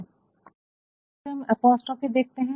और फिर हम एपॉस्ट्रॉफ़ी देखते है